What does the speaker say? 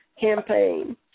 campaign